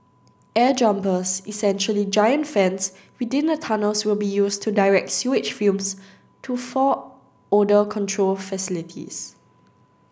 air jumpers essentially giant fans within the tunnels will be used to direct sewage fumes to four odour control facilities